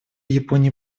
японии